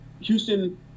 Houston